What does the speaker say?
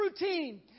routine